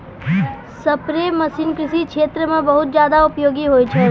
spray machine कृषि क्षेत्र म बहुत जादा उपयोगी होय छै